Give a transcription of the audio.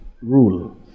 rule